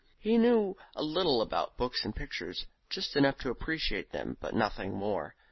he knew a little about books and pictures, just enough to appreciate them, but nothing more.